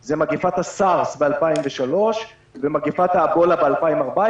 זה מגפת הסארס ב-2003 ומגפת האבולה ב-2014,